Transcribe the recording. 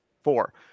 four